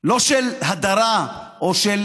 לא של הדרה או של